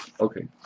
okay